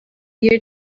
year